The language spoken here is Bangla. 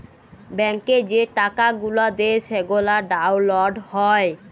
ব্যাংকে যে টাকা গুলা দেয় সেগলা ডাউল্লড হ্যয়